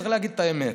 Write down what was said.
צריך להגיד את האמת.